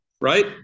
Right